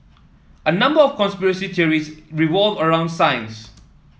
a number of conspiracy theories revolve around science